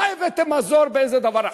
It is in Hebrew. הבאתם מזור בדבר אחד?